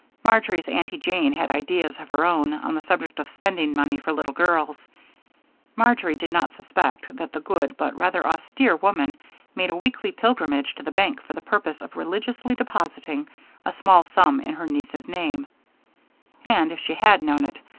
marjory's aunty jane had ideas of her own on the subject of spending-money for little girls marjory did not suspect that the good but rather austere woman made a weekly pilgrimage to the bank for the purpose of religiously depositing a small sum in her niece's name and, if she had known it,